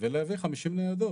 ולהביא 50 ניידות.